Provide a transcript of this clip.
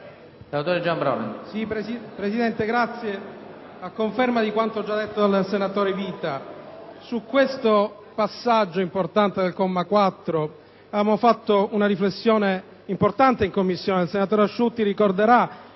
Presidente, a conferma di quanto già detto dal senatore Vita, su questo passaggio importante del comma 4 avevamo fatto una riflessione importante in Commissione, che il senatore Asciutti,